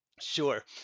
Sure